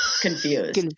confused